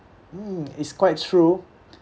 mm it's quite true